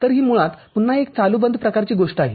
तर ही मुळात पुन्हा एक चालू बंद प्रकारची गोष्ट आहे